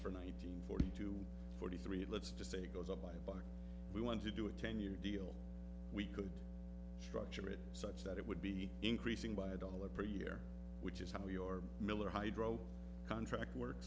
for nine hundred forty two forty three let's just say it goes up by we want to do a ten year deal we could structure it such that it would be increasing by a dollar per year which is how your miller hydro contract work